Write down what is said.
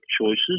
choices